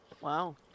Wow